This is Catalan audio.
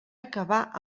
acabar